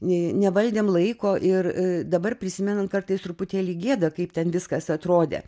nevaldėm laiko ir dabar prisimenant kartais truputėlį gėda kaip ten viskas atrodė